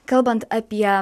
kalbant apie